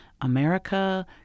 America